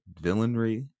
villainry